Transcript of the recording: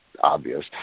obvious